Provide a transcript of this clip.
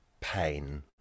pain